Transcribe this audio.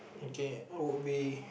okay I would be